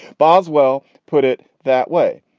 boswell put it that way.